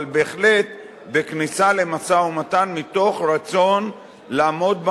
אבל בהחלט בכניסה למשא-ומתן מתוך רצון לעמוד,